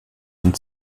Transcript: den